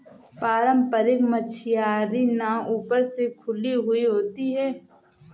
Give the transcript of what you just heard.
पारम्परिक मछियारी नाव ऊपर से खुली हुई होती हैं